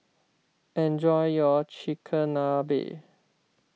enjoy your Chigenabe